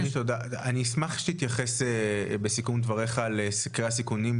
אני אשמח שתתייחס בסיכום דבריך לסקרי הסיכונים,